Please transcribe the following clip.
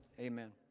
amen